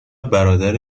برادر